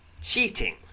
cheating